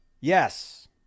Yes